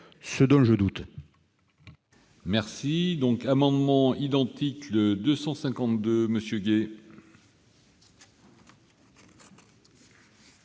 ce dont je doute